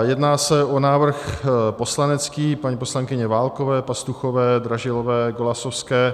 Jedná se o návrh poslanecký paní poslankyně Válkové, Pastuchové, Dražilové, Golasowské.